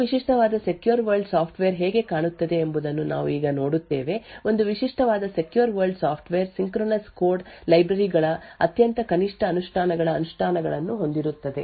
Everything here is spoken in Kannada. ಒಂದು ವಿಶಿಷ್ಟವಾದ ಸೆಕ್ಯೂರ್ ವರ್ಲ್ಡ್ ಸಾಫ್ಟ್ವೇರ್ ಹೇಗೆ ಕಾಣುತ್ತದೆ ಎಂಬುದನ್ನು ನಾವು ಈಗ ನೋಡುತ್ತೇವೆ ಒಂದು ವಿಶಿಷ್ಟವಾದ secure world software synchronous code library ಗಳ ಅತ್ಯಂತ ಕನಿಷ್ಠ ಅನುಷ್ಠಾನಗಳ ಅನುಷ್ಠಾನಗಳನ್ನು ಹೊಂದಿರುತ್ತದೆ